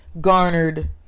garnered